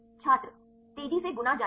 छात्र तेजी से गुना जाएगा